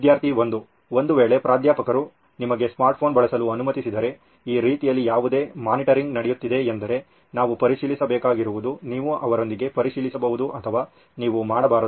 ವಿದ್ಯಾರ್ಥಿ 1 ಒಂದು ವೇಳೆ ಪ್ರಾಧ್ಯಾಪಕರು ನಿಮಗೆ ಸ್ಮಾರ್ಟ್ ಫೋನ್ ಬಳಸಲು ಅನುಮತಿಸಿದರೆ ಈ ರೀತಿಯಲ್ಲಿ ಯಾವುದೇ ಮಾನಿಟರಿಂಗ್ ನಡೆಯುತ್ತಿದೆ ಎಂದರೆ ನಾವು ಪರಿಶೀಲಿಸಬೇಕಾಗಿರುವುದು ನೀವು ಅವರೊಂದಿಗೆ ಪರಿಶೀಲಿಸಬಹುದು ಅಥವಾ ನೀವು ಮಾಡಬಾರದು